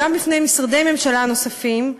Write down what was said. גם בפני משרדי ממשלה נוספים,